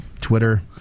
Twitter